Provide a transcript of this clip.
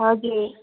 हजुर